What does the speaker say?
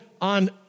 on